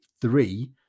three